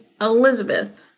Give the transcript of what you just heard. Elizabeth